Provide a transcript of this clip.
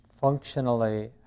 functionally